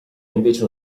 invece